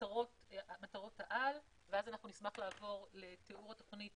מטרות העל, ואז נשמח לעבור לתיאור התוכנית